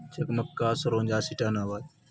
چکمکا سروںجہ شٹاناباد